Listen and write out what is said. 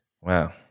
Wow